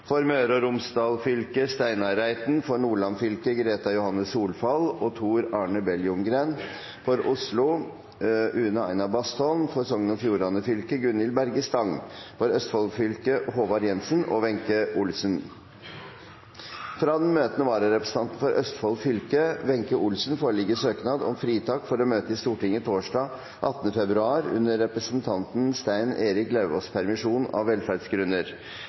For Møre og Romsdal fylke: Steinar Reiten For Nordland fylke: Greta Johanne Solfall og Tor Arne Bell Ljunggren For Oslo: Une Aina Bastholm For Sogn og Fjordane fylke: Gunhild Berge Stang For Østfold fylke: Håvard Jensen og Wenche Olsen Fra den møtende vararepresentant for Østfold fylke, Wenche Olsen, foreligger søknad om fritak for å møte i Stortinget torsdag 18. februar under representanten Stein Erik Lauvås’ permisjon, av velferdsgrunner.